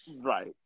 Right